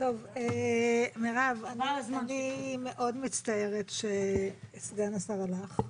מירב, אני מאוד מצטערת שסגן השר הלך.